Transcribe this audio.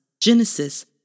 Genesis